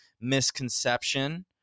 misconception